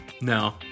No